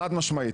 חד משמעית.